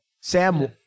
Sam